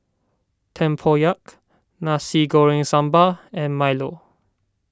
Tempoyak Nasi Goreng Sambal and Milo